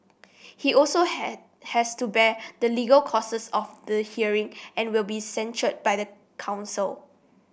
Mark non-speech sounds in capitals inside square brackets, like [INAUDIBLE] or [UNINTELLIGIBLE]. he also [UNINTELLIGIBLE] has to bear the legal costs of the hearing and will be censured by the council